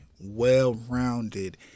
well-rounded